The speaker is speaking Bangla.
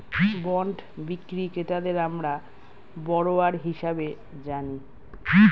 বন্ড বিক্রি ক্রেতাদের আমরা বরোয়ার হিসেবে জানি